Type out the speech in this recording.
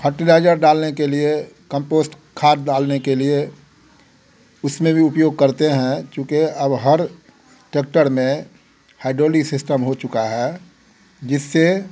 fertiliser डालने के लिए कम्पोस्ड खाद डालने के लिए इसमें भी उपयोग करते हैं चूंकि अब हर टैक्टर में हाईड्रोलिक सिस्टम हो चुका है जिससे